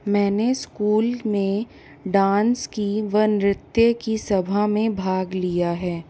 मैंने स्कूल में डांस की व नृत्य की सभा में भाग लिया है